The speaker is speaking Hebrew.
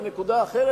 בנקודה אחרת,